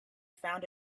found